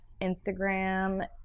Instagram